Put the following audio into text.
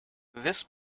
this